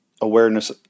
awareness